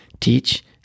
teach